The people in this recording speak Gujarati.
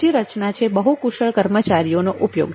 બીજી રચના છે બહુ કુશળ કર્મચારીઓનો ઉપયોગ